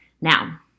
Now